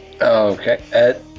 Okay